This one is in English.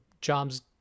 jobs